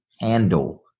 handle